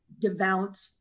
devout